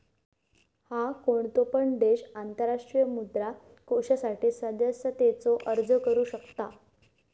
हा, कोणतो पण देश आंतरराष्ट्रीय मुद्रा कोषासाठी सदस्यतेचो अर्ज करू शकता